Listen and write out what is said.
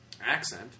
accent